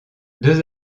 deux